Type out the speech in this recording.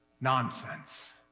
Nonsense